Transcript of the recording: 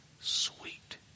Sweet